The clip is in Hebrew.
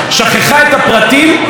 או השכיחה את הפרטים,